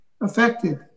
affected